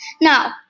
Now